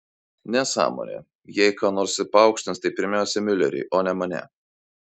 nesąmonė jei ką nors ir paaukštins tai pirmiausia miulerį o ne mane